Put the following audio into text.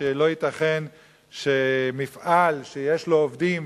שלא ייתכן שמפעל שיש לו עובדים,